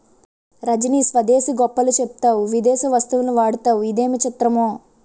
రజనీ స్వదేశీ గొప్పలు చెప్తావు విదేశీ వస్తువులు వాడతావు ఇదేమి చిత్రమో